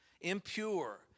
impure